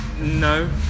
No